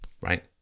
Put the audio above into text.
Right